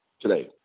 today